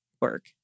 work